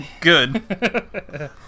Good